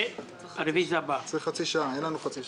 לעשות את